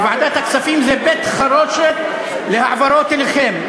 ועדת הכספים זה בית-חרושת להעברות אליכם,